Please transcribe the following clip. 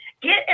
get